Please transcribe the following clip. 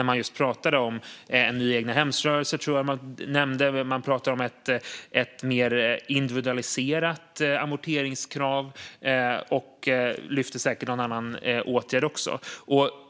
Man pratade om en ny egnahemsrörelse och ett mer individualiserat amorteringskrav. Man lyfte säkert upp någon annan åtgärd också.